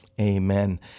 amen